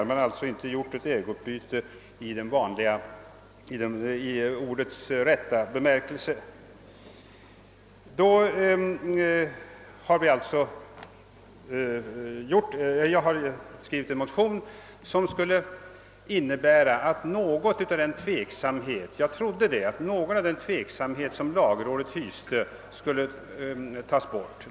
Det har alltså inte skett ett ägoutbyte i ordets egentliga bemärkelse. Jag har skrivit en motion som jag trodde skulle ta bort något av lagrådets tveksamhet.